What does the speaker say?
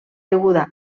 deguda